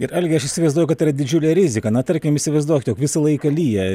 ir algi aš įsivaizduoju kad tai yra didžiulė rizika na tarkim įsivaizduokit jog visą laiką lyja